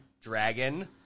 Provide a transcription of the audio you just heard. dragon